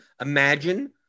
imagine